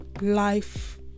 life